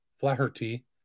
Flaherty